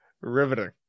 Riveting